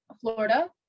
Florida